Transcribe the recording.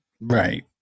Right